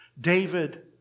David